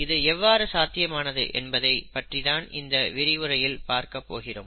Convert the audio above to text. இது எவ்வாறு சாத்தியமானது என்பதை பற்றிதான் இந்த விரிவுரையில் பார்க்கப் போகிறோம்